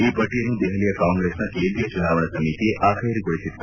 ಈ ಪಟ್ಟಯನ್ನು ದೆಹಲಿಯ ಕಾಂಗ್ರೆಸ್ನ ಕೇಂದ್ರೀಯ ಚುನಾವಣಾ ಸಮಿತಿ ಅಖ್ಯೆರುಗೊಳಿಸಿತ್ತು